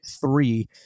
three